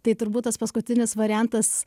tai turbūt tas paskutinis variantas